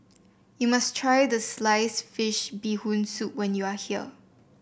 you must try the Sliced Fish Bee Hoon Soup when you are here